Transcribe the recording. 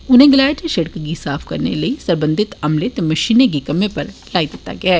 उनें गलाया जे सिड़कै गी साफ करने लेई सरबंधत अमले ते मशीनें गी कम्मै पर लाई दिता गेदा ऐ